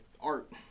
art